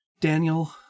Daniel